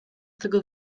tego